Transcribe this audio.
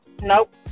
Nope